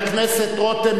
חבר הכנסת רותם,